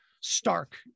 stark